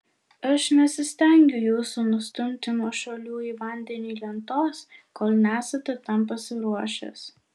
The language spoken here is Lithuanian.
aš nesistengiu jūsų nustumti nuo šuolių į vandenį lentos kol nesate tam pasiruošęs